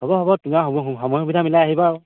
হ'ব হ'ব তোমাৰ সময় সুবিধা মিলাই আহিবা আৰু